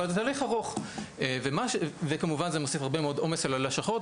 אבל זה הליך ארוך וכמובן מוסיף הרבה מאוד עומס על הלשכות,